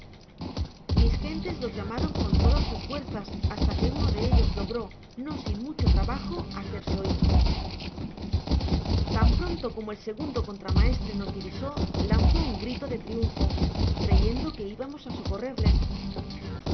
mis gentes los llamaron con todas sus fuerzas hasta que uno de ellos logró no sin mucho trabajo hacerse oir content from google book search generated at tan pronto como el segundo contramaestre nos divisó lanzó un grito de triunfo creyendo que ibamos á socorrerles